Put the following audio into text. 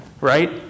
right